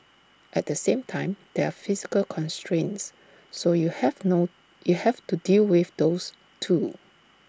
at the same time there are physical constraints so you have no you have to deal with those too